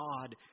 God